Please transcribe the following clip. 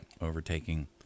overtaking